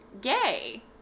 gay